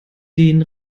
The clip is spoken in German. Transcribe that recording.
den